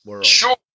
Sure